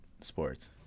sports